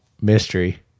mystery